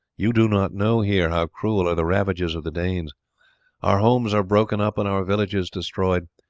you do not know here how cruel are the ravages of the danes our homes are broken up and our villages destroyed,